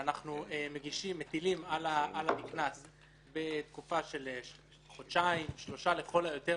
שאנחנו מטילים על הנקנס בתקופה של חודשיים-שלושה לכל היותר